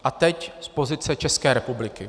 A teď z pozice České republiky.